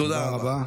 תודה רבה.